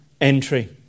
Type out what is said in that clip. entry